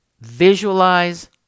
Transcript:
visualize